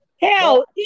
hell